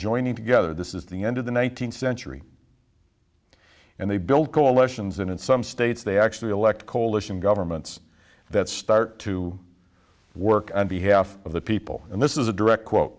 joining together this is the end of the one nine hundred centuries and they build coalitions and in some states they actually elect coalition governments that start to work on behalf of the people and this is a direct quote